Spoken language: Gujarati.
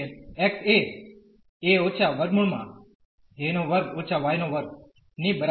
x એ ની બરાબર છે